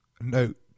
note